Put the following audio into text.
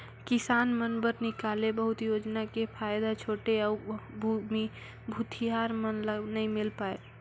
किसान मन बर निकाले बहुत योजना के फायदा छोटे अउ भूथियार मन ल नइ मिल पाये